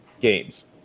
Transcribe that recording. games